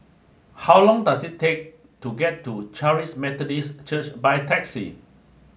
how long does it take to get to Charis Methodist Church by taxi